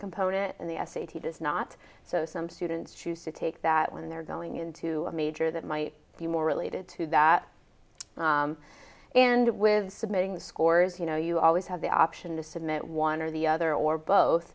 component and the s a t does not so some students choose to take that when they're going into a major that might be more related to that and with submitting scores you know you always have the option to submit one or the other or both